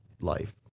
life